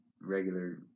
regular